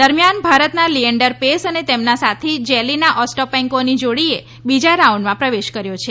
દરમિયાન ભારતના લીયેન્ડર પેસ અને તેમની સાથી જેલીના ઓસ્ટાપેન્કોની જોડીએ બીજા રાઉન્ડમાં પ્રવેશ કર્યો છે